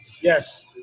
Yes